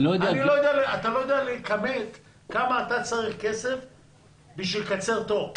אתה לא יודע לכמת כמה כסף אתה צריך בשביל לקצר תור.